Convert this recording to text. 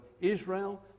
israel